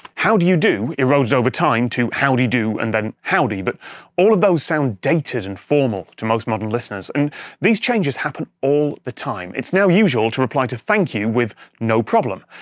how do you do? eroded over time to howdy do and then howdy, but all those sound dated and formal to most modern listeners. and these changes happen all the time! it's now usual to reply to thank you with no problem.